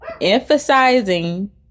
emphasizing